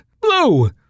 Blue